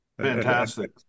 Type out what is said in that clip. Fantastic